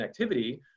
connectivity